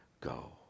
go